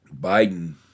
Biden